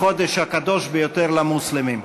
החודש הקדוש ביותר למוסלמים.